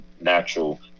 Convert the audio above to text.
natural